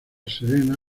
serena